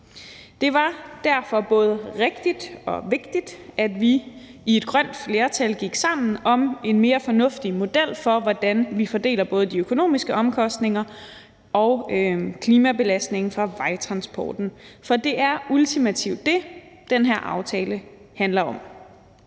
Det var derfor både rigtigt og vigtigt, at vi i et grønt flertal gik sammen om en mere fornuftig model for, hvordan vi fordeler både de økonomiske omkostninger og klimabelastningen fra vejtransporten. For det er ultimativt det, den her aftale handler om.